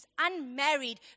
unmarried